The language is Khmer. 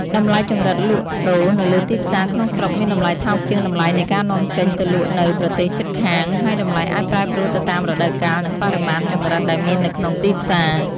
តម្លៃចង្រិតលក់ដូរនៅលើទីផ្សារក្នុងស្រុកមានតម្លៃថោកជាងតម្លៃនៃការនាំចេញទៅលក់នៅប្រទេសជិតខាង ហើយតម្លៃអាចប្រែប្រួលទៅតាមរដូវកាល និងបរិមាណចង្រិតដែលមាននៅក្នុងទីផ្សារ។